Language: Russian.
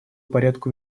порядку